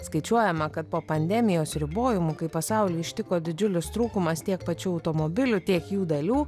skaičiuojama kad po pandemijos ribojimų kai pasaulį ištiko didžiulis trūkumas tiek pačių automobilių tiek jų dalių